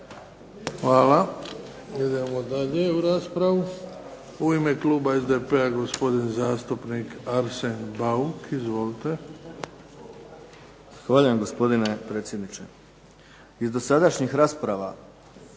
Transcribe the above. Hvala. Idemo dalje u raspravu. U ime kluba SDP-a gospodin zastupnik Arsen Bauk. Izvolite. **Bauk, Arsen (SDP)** Zahvaljujem, gospodine predsjedniče. Iz dosadašnjih rasprava,